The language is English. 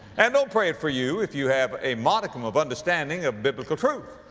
and don't pray it for you if you have a modicum of understanding of biblical truth.